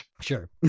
Sure